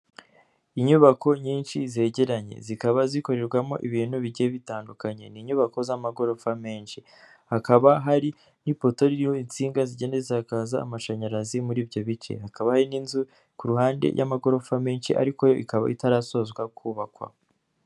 Inyubako nyinshi zegeranye zikaba zikorerwamo ibintu bigiye bitandukanye, ni inyubako z'amagorofa menshi hakaba hari n'ipoto ririho insinga zigenda zikaza amashanyarazi muri ibyo bice hakaba hari n'inzu ku ruhande y'amagorofa menshi ariko yo ikaba itarasozwa kubakwa.